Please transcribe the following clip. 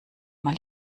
mal